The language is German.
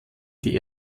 die